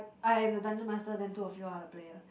I am the dungeon master then two of you are the player